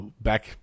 back